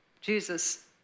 Jesus